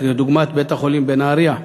דוגמת בית-החולים בנהרייה?